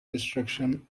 destruction